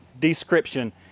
description